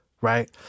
right